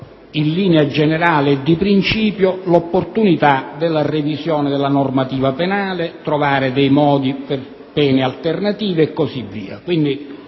in linea generale e di principio, l'opportunità della revisione della normativa penale, il trovare pene alternative e così via,